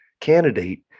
candidate